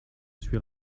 suis